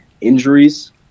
injuries